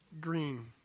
green